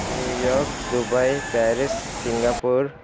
New York Dubai Paris Singapore